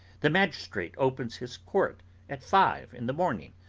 the magistrate opens his court at five in the morning.